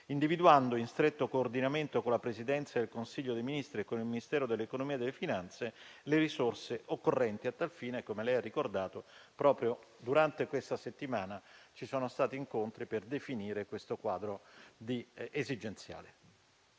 individuando, in stretto coordinamento con la Presidenza del Consiglio dei ministri e con il Ministero dell'economia e delle finanze, le risorse occorrenti a tal fine. Come lei ha ricordato, proprio durante questa settimana ci sono stati incontri per definire questo quadro esigenziale.